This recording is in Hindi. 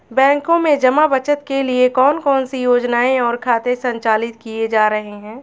बैंकों में जमा बचत के लिए कौन कौन सी योजनाएं और खाते संचालित किए जा रहे हैं?